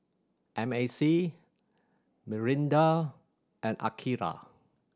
M A C Mirinda and Akira